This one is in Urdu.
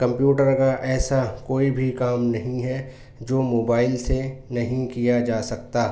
کمپیوٹر کا ایسا کوئی بھی کام نہیں ہے جو موبائل سے نہیں کیا جا سکتا